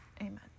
Amen